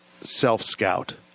self-scout